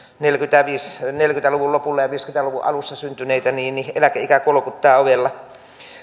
neljäkymmentä luvun lopulla ja viisikymmentä luvun alussa syntyneet että eläkeikä kolkuttaa ovella